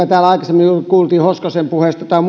täällä aikaisemmin kuultiin hoskosen puheessa tai